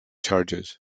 charges